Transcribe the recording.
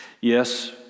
yes